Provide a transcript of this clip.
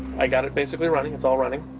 i got it basically running, it's all running,